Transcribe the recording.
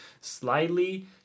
slightly